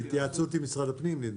בהתייעצות עם משרד הפנים.